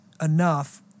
enough